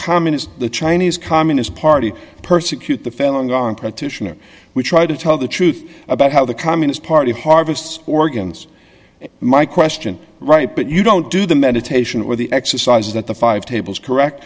communist chinese communist party persecute the failing on practitioner we try to tell the truth about how the communist party harvests organs my question right but you don't do the meditation or the exercises that the five tables correct